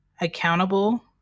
accountable